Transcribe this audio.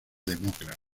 demócrata